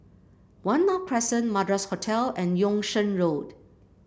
One North Crescent Madras Hotel and Yung Sheng Road